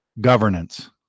governance